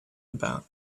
about